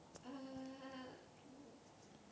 uh